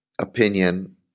opinion